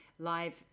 Live